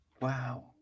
Wow